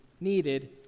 needed